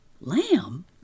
Lamb